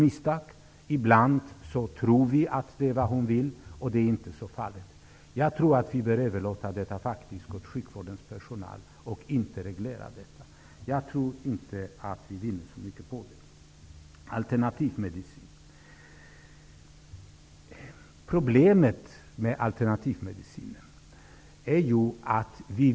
Ibland tror vi att vi vet vad hon vill och att det inte är så farligt. Jag tror att vi bör överlåta detta till sjukvårdens personal och inte reglera det. Det vinner vi nog inte så mycket på.